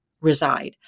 reside